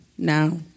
now